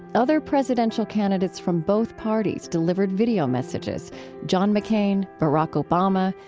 other presidential candidates from both parties delivered video messages john mccain, barack obama,